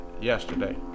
yesterday